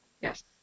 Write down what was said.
Yes